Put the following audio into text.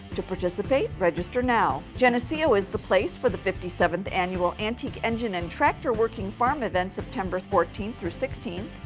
to participate, register now. geneseo is the place for the fifty seventh annual antique engine and tractor working farm event, september fourteenth through sixteenth.